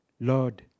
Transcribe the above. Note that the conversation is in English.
Lord